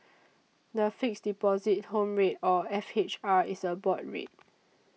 the Fixed Deposit Home Rate or F H R is a board rate